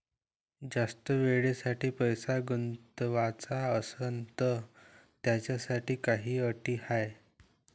जास्त वेळेसाठी पैसा गुंतवाचा असनं त त्याच्यासाठी काही अटी हाय?